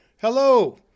Hello